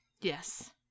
yes